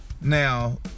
Now